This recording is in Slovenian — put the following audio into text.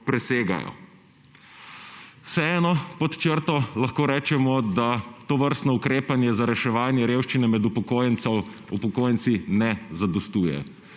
presegajo. Vseeno pod črto lahko rečemo, da tovrstno ukrepanje za reševanje revščine med upokojenci ne zadostuje.